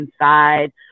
inside